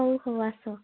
ହଉ ହଉ ଆସ